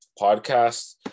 Podcast